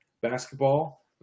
basketball